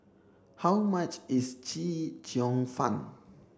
how much is Chee Cheong Fun